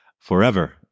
forever